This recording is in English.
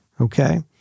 Okay